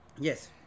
Yes